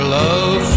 love